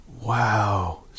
Wow